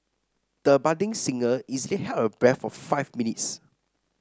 the budding singer easily held her breath for five minutes